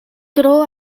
tro